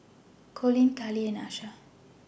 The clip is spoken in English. Colleen Kali and Asha